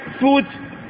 food